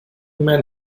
men